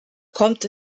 kommt